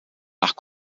nach